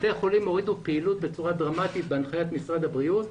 בתי החולים הורידו פעילות בצורה דרמטית בהנחיית משרד הבריאות.